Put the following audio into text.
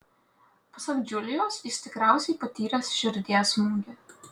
pasak džiulijos jis tikriausiai patyręs širdies smūgį